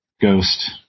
Ghost